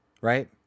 right